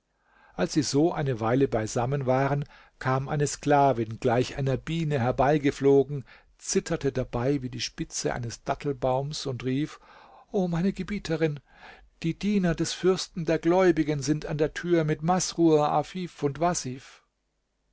als sie so eine weile beisammen waren kam eine sklavin gleich einer biene herbeigeflogen zitterte dabei wie die spitze eines dattelbaums und rief o meine gebieterin die diener des fürsten der gläubigen sind an der tür mit masrur afif und